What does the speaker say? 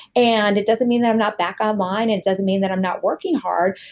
and it doesn't mean that i'm not back online. it doesn't mean that i'm not working hard.